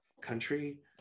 country